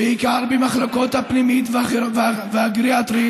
בעיקר במחלקות הפנימית והגריאטרית,